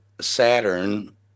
saturn